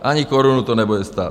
Ani korunu to nebude stát!